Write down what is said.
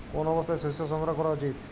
কোন অবস্থায় শস্য সংগ্রহ করা উচিৎ?